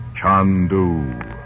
Chandu